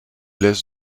laisse